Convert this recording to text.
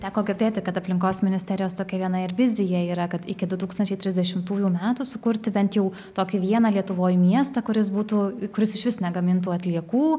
teko girdėti kad aplinkos ministerijos tokia viena ir vizija yra kad iki du tūkstančiai trisdešimtųjų metų sukurti bent jau tokį vieną lietuvoj miestą kuris būtų kuris išvis negamintų atliekų